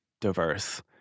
diverse